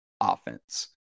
offense